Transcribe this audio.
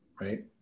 right